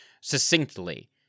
succinctly